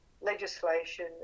legislation